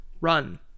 run